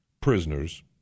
prisoners